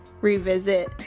revisit